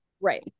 Right